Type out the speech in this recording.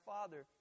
Father